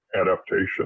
adaptation